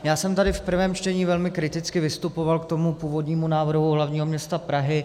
Já jsem tady v prvém čtení velmi kriticky vystupoval k tomu původnímu návrhu hlavního města Prahy.